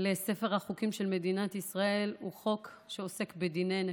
לספר החוקים של מדינת ישראל הוא חוק שעוסק בדיני נפשות,